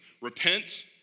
Repent